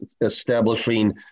establishing